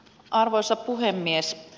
arvoisa puhemies